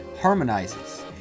harmonizes